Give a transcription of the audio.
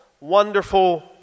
wonderful